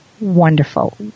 wonderful